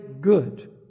good